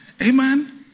Amen